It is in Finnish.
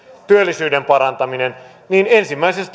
työllisyyden parantaminen niin ensimmäisessä